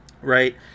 Right